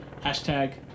Hashtag